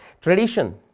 Tradition